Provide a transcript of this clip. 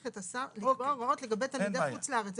את השר לקבוע הוראות לגבי תלמידי חוץ-לארץ,